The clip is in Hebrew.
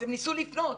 אז הם ניסו לפנות,